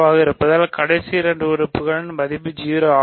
ஆக இருப்பதால் கடைசி இரண்டு உறுப்புகள் மதிப்பு 0 ஆகும்